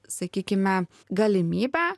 sakykime galimybę